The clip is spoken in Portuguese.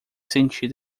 sentir